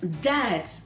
Dad